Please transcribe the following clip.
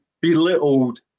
belittled